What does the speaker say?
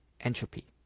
entropy